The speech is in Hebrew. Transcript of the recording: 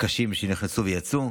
הקשים, שנכנסו ויצאו.